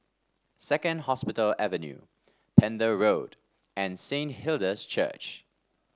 Second Hospital Avenue Pender Road and Saint Hilda's Church